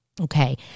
Okay